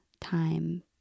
time